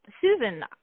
Susan